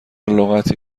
لغتی